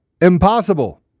Impossible